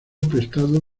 prestado